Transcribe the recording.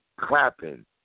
clapping